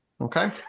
Okay